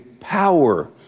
power